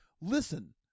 listen